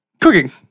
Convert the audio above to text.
cooking